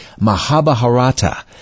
Mahabharata